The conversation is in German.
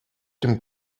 dem